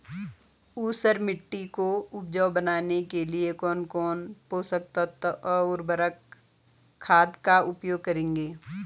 ऊसर मिट्टी को उपजाऊ बनाने के लिए कौन कौन पोषक तत्वों व उर्वरक खाद का उपयोग करेंगे?